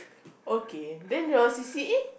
okay then your C_C_A